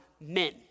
men